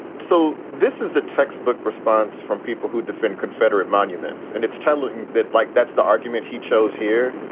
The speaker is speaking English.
so this is the textbook response from people who defend confederate monuments. and it's telling that, like, that's the argument he chose here.